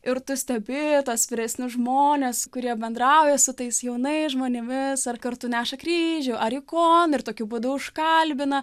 ir tu stebi tuos vyresnius žmones kurie bendrauja su tais jaunais žmonėmis ar kartu neša kryžių ar ikoną ir tokiu būdu užkalbina